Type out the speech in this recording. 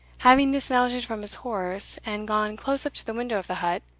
having dismounted from his horse, and gone close up to the window of the hut,